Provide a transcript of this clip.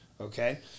Okay